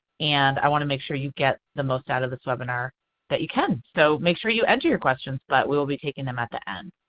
and i want to make sure that you get the most out of this webinar that you can. so make sure you enter your questions, but we will be taking them at the end.